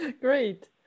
great